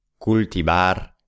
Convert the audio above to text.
Cultivar